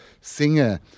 singer